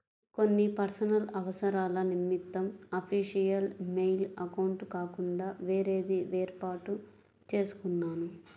కొన్ని పర్సనల్ అవసరాల నిమిత్తం అఫీషియల్ మెయిల్ అకౌంట్ కాకుండా వేరేది వేర్పాటు చేసుకున్నాను